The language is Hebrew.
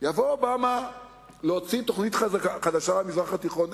יבוא אובמה להוציא תוכנית חדשה למזרח התיכון.